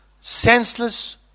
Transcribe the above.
senseless